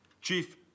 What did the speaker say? Chief